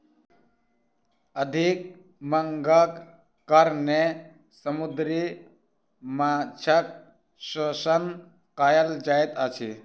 अधिक मांगक कारणेँ समुद्री माँछक शोषण कयल जाइत अछि